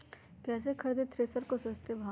कैसे खरीदे थ्रेसर को सस्ते भाव में?